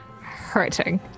hurting